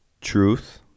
truth